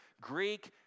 Greek